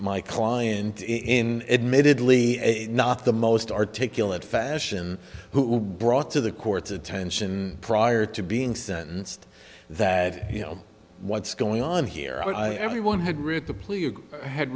my client in admittedly not the most articulate fashion who brought to the court's attention prior to being sentenced that you know what's going on here everyone